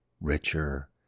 richer